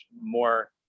more